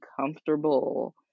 comfortable